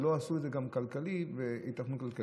אבל לא עשו את זה גם כלכלי ועם היתכנות כלכלית.